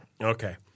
Okay